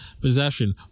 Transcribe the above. possession